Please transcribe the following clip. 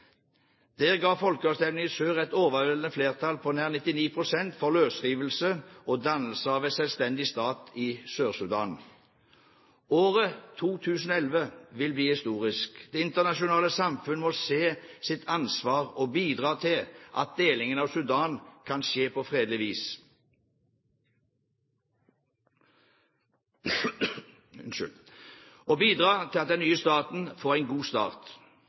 Der ga folkeavstemningen i sør et overveldende flertall på nær 99 pst. for løsrivelse og dannelse av en selvstendig stat i Sør-Sudan. Året 2011 vil bli historisk. Det internasjonale samfunnet må se sitt ansvar og bidra til at delingen av Sudan kan skje på fredelig vis og bidra til at den nye staten får en god start.